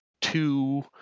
two